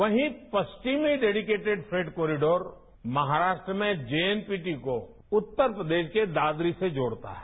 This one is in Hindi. वहीं पश्चिमी डेडिकेटड फ्रेट कॉरिडोर महाराष्ट्र में वे एन टी गोव उत्तर प्रदेश के दादरी से जोड़ता है